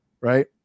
right